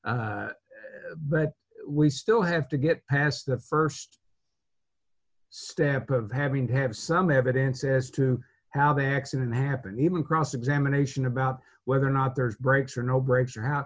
but we still have to get past the st step of having to have some evidence as to how the accident happened even cross examination about whether or not there are breaks or no breaks or how